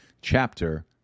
chapter